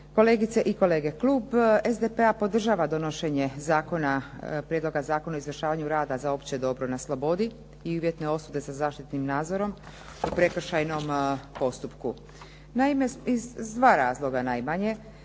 kolegice i kolege. Klub SDP-a podržava donošenje Prijedloga zakona o izvršavanju rada za opće dobro na slobodi i uvjetne osude sa zaštitnim nadzorom u prekršajnom postupku, naime iz dva razloga najmanje.